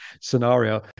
scenario